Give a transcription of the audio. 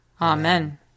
Amen